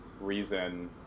reason